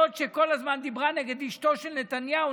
זאת שכל הזמן דיברה נגד אשתו של נתניהו,